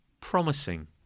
promising